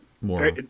more